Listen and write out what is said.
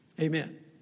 Amen